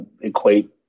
equate